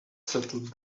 settled